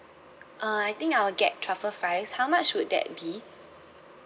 uh I think I will get truffle fries how much would that be